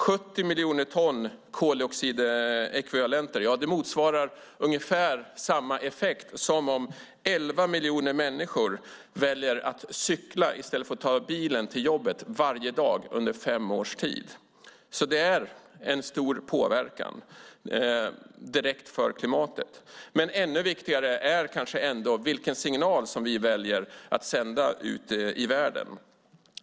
70 miljoner ton koldioxidekvivalenter motsvarar ungefär samma effekt som om elva miljoner människor väljer att cykla i stället för att ta bilen till jobbet varje dag under fem års tid. Det är en stor påverkan direkt på klimatet. Men ännu viktigare är kanske ändå vilken signal vi väljer att sända ut i världen.